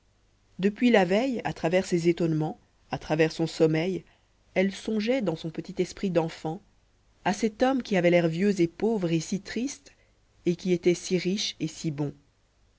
depuis la veille à travers ses étonnements à travers son sommeil elle songeait dans son petit esprit d'enfant à cet homme qui avait l'air vieux et pauvre et si triste et qui était si riche et si bon